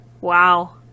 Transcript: Wow